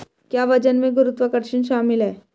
क्या वजन में गुरुत्वाकर्षण शामिल है?